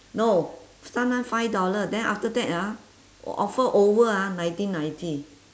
no sometime five dollar then after that ah offer over ah nineteen ninety